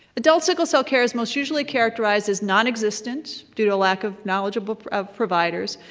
adult sickle cell care is most usually characterized as nonexistent, due to lack of knowledge but of providers,